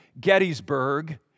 Gettysburg